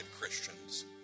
Christians